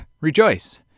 rejoice